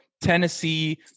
tennessee